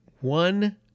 one